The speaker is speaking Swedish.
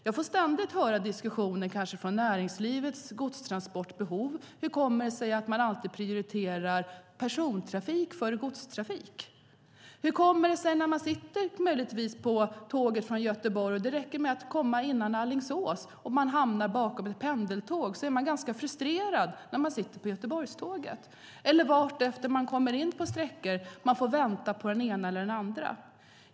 Jag får ständigt höra diskussioner från näringslivet när det gäller godstransportbehovet: Hur kommer det sig att man alltid prioriterar persontrafik före godstrafik? När man sitter på tåget till Göteborg behöver man inte ens ha kommit så långt som till Alingsås för att man ska hamna bakom ett pendeltåg. Då blir man ganska frustrerad. Vartefter man kommer in på sträckor får man vänta på den ena eller den andra.